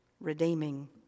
redeeming